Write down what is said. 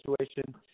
situation